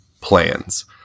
plans